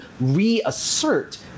reassert